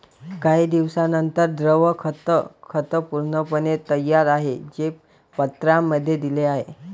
काही दिवसांनंतर, द्रव खत खत पूर्णपणे तयार आहे, जे पत्रांमध्ये दिले आहे